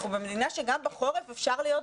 אנחנו במדינה שגם בחורף אפשר להיות בחוץ,